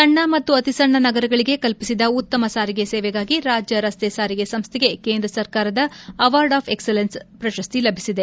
ಸಣ್ಣ ಮತ್ತು ಅತಿ ಸಣ್ಣ ನಗರಗಳಿಗೆ ಕಲ್ಪಿಸಿದ ಉತ್ತಮ ಸಾರಿಗೆ ಸೇವೆಗಾಗಿ ರಾಜ್ಯ ರಸ್ತೆ ಸಾರಿಗೆ ಸಂಸ್ಥೆಗೆ ಕೇಂದ್ರ ಸರ್ಕಾರದ ಅವಾರ್ಡ್ ಆಫ್ ಎಕ್ಸಲೆನ್ಸ್ ಪ್ರಶಸ್ತಿ ಲಭಿಸಿದೆ